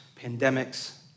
pandemics